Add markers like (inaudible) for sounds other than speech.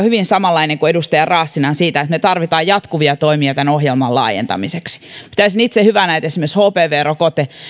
(unintelligible) hyvin samanlainen kuin edustaja raassinan siitä että me tarvitsemme jatkuvia toimia tämän ohjelman laajentamiseksi pitäisin itse hyvänä että esimerkiksi hpv rokote